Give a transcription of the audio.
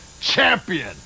Champion